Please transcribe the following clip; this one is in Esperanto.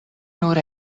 nur